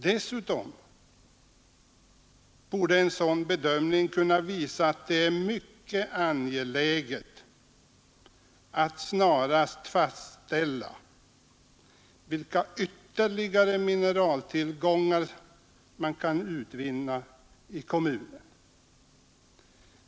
Dessutom borde en sådan bedömning kunna visa att det är mycket angeläget att snarast fastställa vilka ytterligare mineraltillgångar man kan utvinna i kommunen.